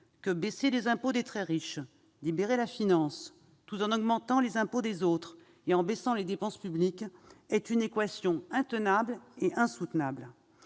de baisser les impôts des très riches et de libérer la finance tout en augmentant les impôts des autres et en diminuant les dépenses publiques débouche sur une équation insoutenable.